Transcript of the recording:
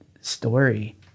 story